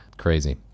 crazy